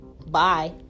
Bye